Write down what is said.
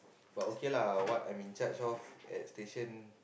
but okay lah what I'm in charge of at station